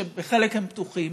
שחלק פתוחים,